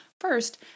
First